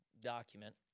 document